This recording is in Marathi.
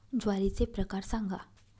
ज्वारीचे प्रकार सांगा